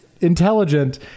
intelligent